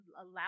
allow